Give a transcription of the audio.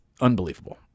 unbelievable